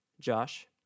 Josh